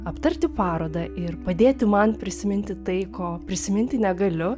aptarti parodą ir padėti man prisiminti tai ko prisiminti negaliu